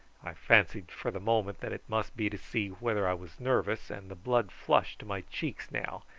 i fancied for the moment that it must be to see whether i was nervous, and the blood flushed to my cheeks now,